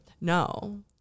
No